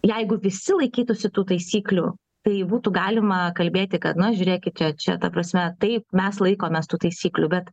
jeigu visi laikytųsi tų taisyklių tai būtų galima kalbėti kad na žiūrėkite čia ta prasme tai mes laikomės tų taisyklių bet